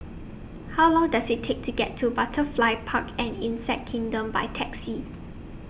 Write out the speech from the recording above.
How Long Does IT Take to get to Butterfly Park and Insect Kingdom By Taxi